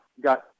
got